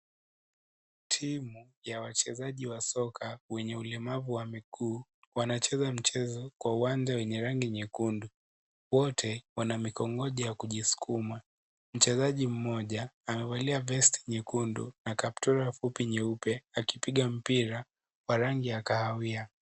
Timu ya wachezaji wa soka wenye ulemavu wa miguu wanacheza mchezo kwa uwanja wenye rangi nyekundu wote wana mikongojo wa kujisukuma mchezaji mmoja amevalia vest nyekundu na kaptura fupi nyeupe akipiga mpira wa rangi ya kahawia.